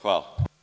Hvala.